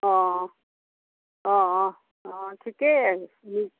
অঁ অঁ অঁ অঁ ঠিকেই আছে